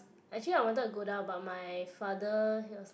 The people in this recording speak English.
actually I wanted to go down but my father he was like